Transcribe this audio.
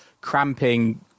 cramping